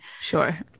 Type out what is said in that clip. sure